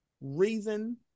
reason